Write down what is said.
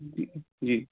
जी जी